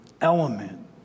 element